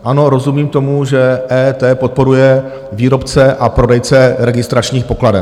Ano, rozumím tomu, že EET podporuje výrobce a prodejce registračních pokladen.